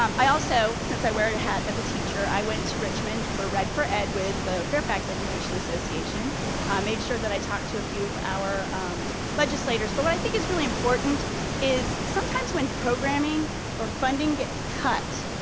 um i also, since i wear a hat as a teacher, i went to richmond for red for ed with the fairfax education association, i made sure that i talked to a few of our legislators, but what i think is really important is, sometimes when programming or funding gets cut,